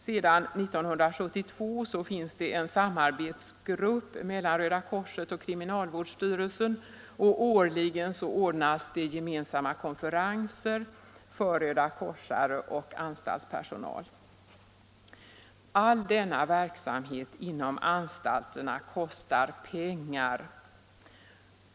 Sedan 1972 finns det en samarbetsgrupp mellan Röda korset och kriminalvårdsstyrelsen. Årligen ordnas det gemensamma konferenser för rödakorsare och anstaltspersonal. All denna verksamhet inom anstalterna kostar pengar.